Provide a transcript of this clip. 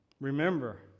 Remember